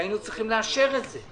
שהיינו צריכים לאשר את זה.